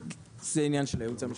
זה עניין של הייעוץ המשפטי.